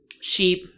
Sheep